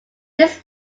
this